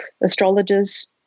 astrologers